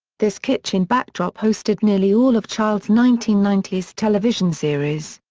this kitchen backdrop hosted nearly all of child's nineteen ninety s television series.